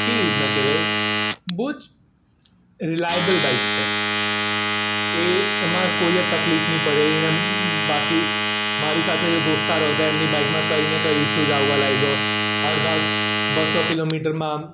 કેવી રીતના કહેવાય બહુ જ રીલાયબલ બાઈક છે એ એમાં કોઈ જ તકલીફ નહીં પડે એમ બાકી મારી સાથે દોસ્તારો હતા એમની બાઇકમાં કંઈ ને કંઈ ઇસ્યુ જ આવવા લાગ્યો અડધા બસ્સો કિલોમીટરમાં